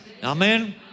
Amen